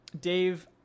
Dave